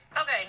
Okay